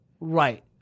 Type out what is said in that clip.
Right